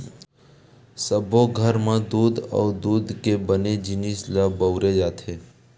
सब्बो घर म दूद अउ दूद के बने जिनिस ल बउरे जाथे